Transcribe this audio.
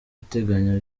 ateganya